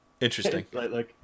Interesting